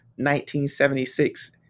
1976